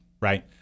Right